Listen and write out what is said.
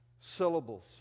syllables